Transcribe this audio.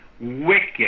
wicked